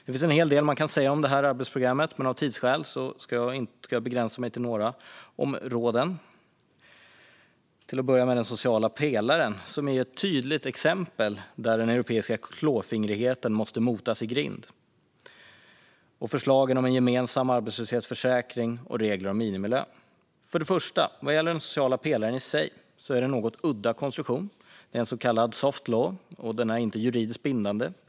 Det finns en hel del man kan säga om det här arbetsprogrammet, men av tidsskäl ska jag begränsa mig till några områden, till att börja med den sociala pelaren. Den är ett tydligt exempel där den europeiska klåfingrigheten måste motas i grind. Det handlar om förslagen om en gemensam arbetslöshetsförsäkring och regler om minimilön. Vad gäller den sociala pelaren i sig är den, för det första, en något udda konstruktion. Den är så kallad soft law, som inte är juridiskt bindande.